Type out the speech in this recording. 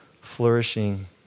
flourishing